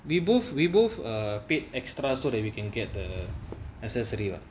we both we both err paid extra so that we can get the necessity [what]